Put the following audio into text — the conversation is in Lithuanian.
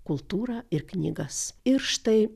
kultūrą ir knygas ir štai